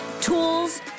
tools